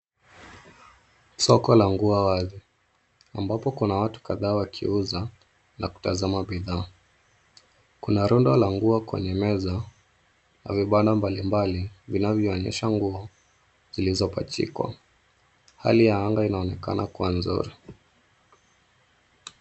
Soko la nguo wazi ambapo kuna watu kadhaa wakiuza na kutazama bidhaa. Kuna rundo la nguo kwenye meza na vibanda mbalimbali vinavyoonyesha nguo zilizopachikwa. Hali ya anga inaonekana kuwa nzuri.